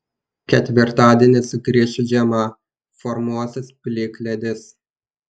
ketvirtadienį sugrįš žiema formuosis plikledis